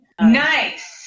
Nice